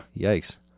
Yikes